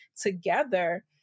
together